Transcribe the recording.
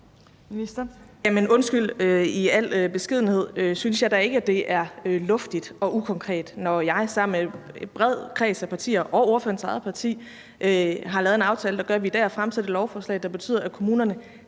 synes i al beskedenhed, at det er fornuftigt og konkret, når jeg sammen med en bred kreds af partier, herunder spørgerens eget parti, har lavet en aftale, der gør, at vi i dag har fremsat et lovforslag, der betyder, at kommunerne